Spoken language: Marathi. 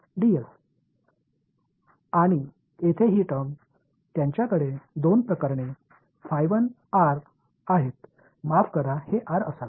तर आणि येथे ही टर्म त्यांच्याकडे दोन प्रकरणे आहेत माफ करा हे आर असावे